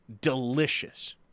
delicious